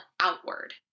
outward